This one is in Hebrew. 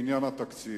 בעניין התקציב,